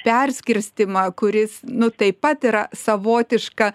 perskirstymą kuris nu taip pat yra savotiška